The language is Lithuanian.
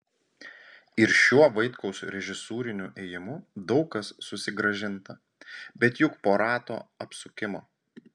ir šiuo vaitkaus režisūriniu ėjimu daug kas susigrąžinta bet juk po rato apsukimo